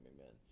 amen